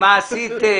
את יכולה להסביר?